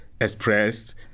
expressed